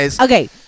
Okay